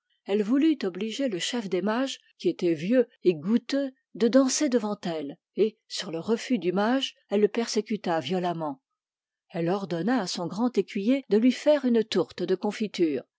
elle voulut obliger le chef des mages qui était vieux et goutteux de danser devant elle et sur le refus du mage elle le persécuta violemment elle ordonna à son grand écuyer de lui faire une tourte de confitures